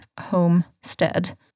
homestead